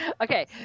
Okay